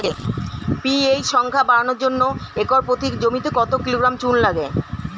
PH সংখ্যা বাড়ানোর জন্য একর প্রতি জমিতে কত কিলোগ্রাম চুন লাগে?